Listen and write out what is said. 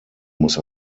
muss